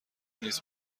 نیز